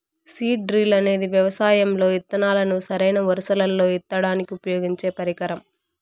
seed drill అనేది వ్యవసాయం లో ఇత్తనాలను సరైన వరుసలల్లో ఇత్తడానికి ఉపయోగించే పరికరం